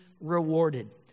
rewarded